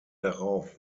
darauf